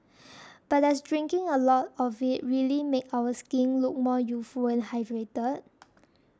but does drinking a lot of it really make our skin look more youthful and hydrated